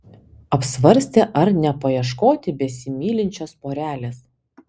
apsvarstė ar nepaieškoti besimylinčios porelės